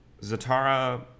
Zatara